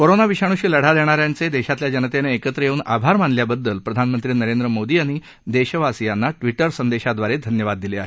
corona विषाणूशी लढा देणा यांचे देशातल्या जनतेनं एकत्रं येऊन आभार मानल्याबद्दल प्रधानमंत्री नरेंद्र मोदी यांनी देशवासीयांना ट्विटर संदेशाद्वारे धन्यवाद दिले आहेत